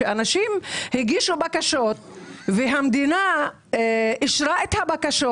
אנשים הגישו בקשות והמדינה אישרה את הבקשות.